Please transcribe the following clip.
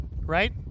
right